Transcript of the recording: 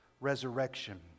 resurrection